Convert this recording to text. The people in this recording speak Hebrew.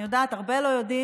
אני יודעת, הרבה לא יודעים.